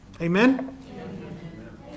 Amen